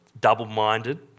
double-minded